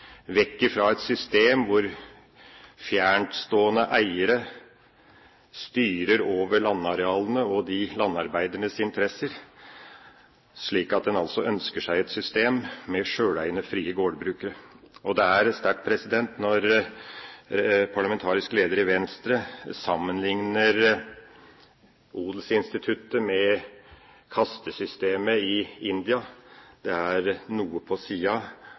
vekk fra et system hvor fjerntstående eiere styrer over landarealene og de landarbeidendes interesser. En ønsker seg et system med sjøleiende, frie gårdbrukere. Det er sterkt når den parlamentariske lederen i Venstre sammenligner odelsinstituttet med kastesystemet i India. Det er noe på sida